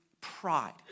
pride